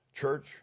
church